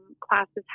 classes